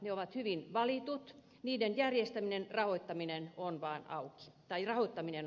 ne ovat hyvin valitut niiden rahoittaminen on auki